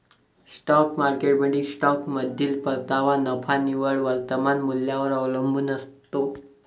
stock मार्केटमधील स्टॉकमधील परतावा नफा निव्वळ वर्तमान मूल्यावर अवलंबून असतो